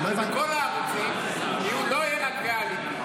שבכל הערוצים לא יהיה רק ריאליטי,